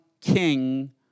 king